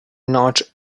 not